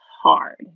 hard